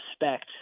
respect